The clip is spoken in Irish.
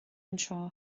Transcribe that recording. anseo